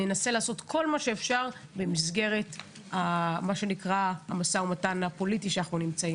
ננסה לעשות כל מה שאפשר במסגרת המשא ומתן הפוליטי שאנחנו נמצאים בו.